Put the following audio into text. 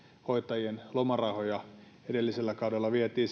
hoitajien lomarahoja edellisellä kaudella vietiin